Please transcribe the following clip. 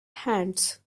hands